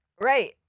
Right